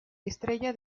estrella